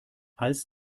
als